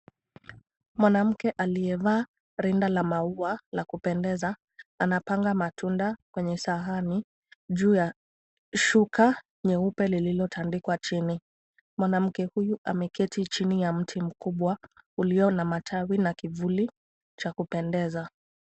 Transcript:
Mwanamke aliyevaa rinda la maua la kupendeza anapanga matunda kwenye sahani, juu ya shuka nyeupe lililotandikwa chini. Mwanamke huyu ameketi chini ya mti mkubwa ulio na matawi na kivuli cha kupendeza.